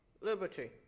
Liberty